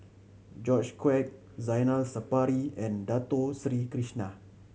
George Quek Zainal Sapari and Dato Sri Krishna